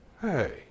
Hey